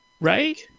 Right